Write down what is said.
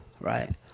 right